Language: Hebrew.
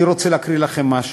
אני רוצה להקריא לכם משהו.